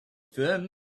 thin